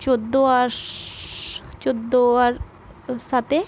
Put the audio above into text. চোদ্দো আর চোদ্দো আর সাতে